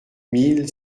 mille